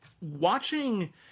watching